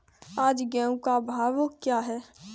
आज गेहूँ का भाव क्या है?